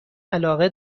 علاقه